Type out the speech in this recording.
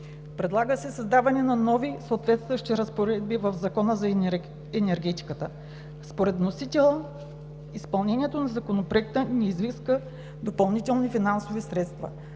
Предлага се създаване на нови съответстващи разпоредби в Закона за енергетиката. Според вносителя изпълнението на Законопроекта не изисква допълнителни финансови средства.